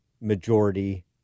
majority